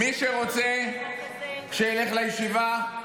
מי שרוצה, שילך לישיבה,